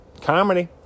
comedy